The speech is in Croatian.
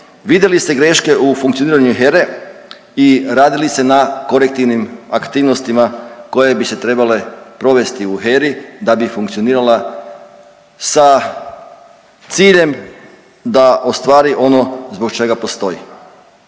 vide li se greške u funkcioniranju HERA-e i radi li se na korektivnim aktivnostima koje bi se trebale provesti u HERA-i da bi funkcionirala sa ciljem da ostvari ono zbog čega postoji.